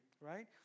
right